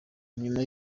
nyuma